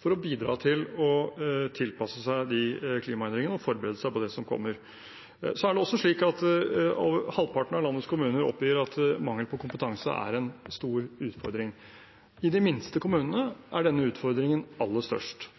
for å tilpasse seg de klimaendringene og forberede seg på det som kommer. Det er også slik at halvparten av landets kommuner oppgir at mangel på kompetanse er en stor utfordring. I de minste kommunene er denne utfordringen aller størst.